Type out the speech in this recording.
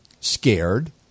scared